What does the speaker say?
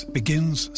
begins